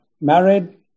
married